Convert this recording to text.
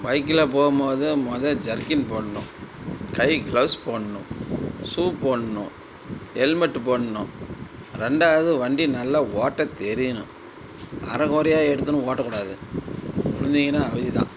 பைக்கில் போம்போது முத ஜெர்கின் போடணும் கைக்கு க்ளவுஸ் போடணும் ஷூ போடணும் எல்மெட்டு போடணும் ரெண்டாவது வண்டி நல்லா ஓட்டத் தெரியணும் அரகொறையாக எடுத்தோன்ன ஓட்டக்கூடாது விலுந்தீங்கன்னா அவதி தான்